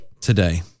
today